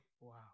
Wow